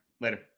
Later